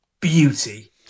beauty